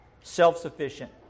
self-sufficient